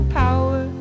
power